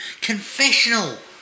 confessional